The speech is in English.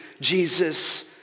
Jesus